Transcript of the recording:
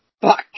Fuck